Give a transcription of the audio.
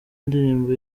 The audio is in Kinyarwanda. indirimbo